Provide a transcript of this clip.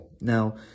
now